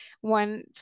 One